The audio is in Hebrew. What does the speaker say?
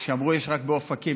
כשאמרו שיש רק באופקים,